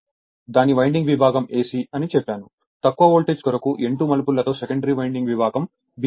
దాని వైండింగ్ విభాగం AC అని చెప్పాను తక్కువ వోల్టేజ్ కొరకు N2 మలుపులతో సెకండరీ వైండింగ్ విభాగం BC ఉంది